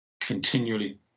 continually